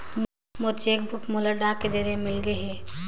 मोर cheque book मोला डाक के जरिए मिलगे हे